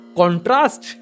contrast